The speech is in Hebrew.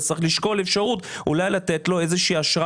אז צריך לשקול אפשרות אולי לתת לו איזושהי אשרה